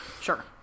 sure